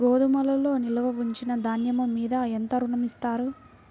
గోదాములో నిల్వ ఉంచిన ధాన్యము మీద ఎంత ఋణం ఇస్తారు?